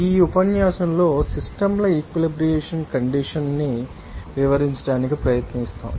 ఈ ఉపన్యాసంలో సిస్టమ్ ల ఈక్వలెబ్రియంకండీషన్ ని వివరించడానికి ప్రయత్నిస్తాము